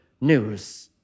news